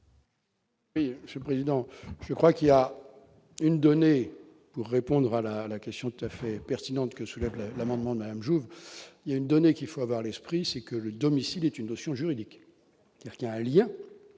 suis président, je crois qu'il y a une donnée pour répondre à la la question tout à fait pertinente que soulève l'amendement même Jouve il y a une donnée qu'il faut avoir l'esprit, c'est que le domicile est une notion juridique, il y a un lien